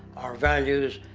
our values,